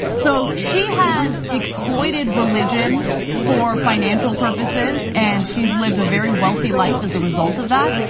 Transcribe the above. so, she has exploited religion for financial purposes. and she's lived a very wealthy life as a result of that,